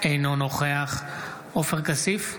אינו נוכח עופר כסיף,